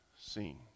seen